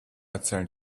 erzählen